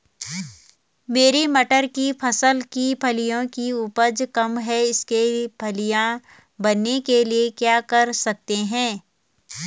मेरी मटर की फसल की फलियों की उपज कम है इसके फलियां बनने के लिए क्या कर सकते हैं?